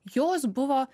jos buvo